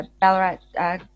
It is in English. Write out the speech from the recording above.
Ballarat